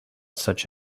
such